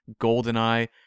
GoldenEye